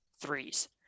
threes